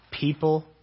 People